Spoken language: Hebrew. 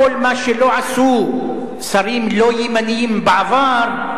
לכן, יש הניהול עצמו, אני אעביר את ההערות.